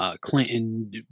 Clinton